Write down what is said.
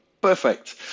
perfect